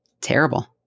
terrible